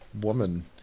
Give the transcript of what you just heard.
woman